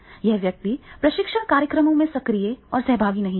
यह व्यक्ति प्रशिक्षण कार्यक्रमों में सक्रिय और सहभागी नहीं होगा